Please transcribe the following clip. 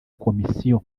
komisiyo